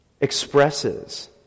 expresses